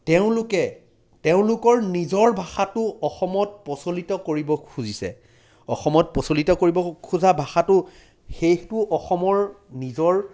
তেওঁলোকে তেওঁলোকৰ নিজৰ ভাষাটো অসমত প্ৰচলিত কৰিব খুজিছে অসমত প্ৰচলিত কৰিব খোজা ভাষাটো সেইটো অসমৰ নিজৰ